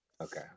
Okay